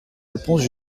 réponses